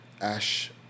Ash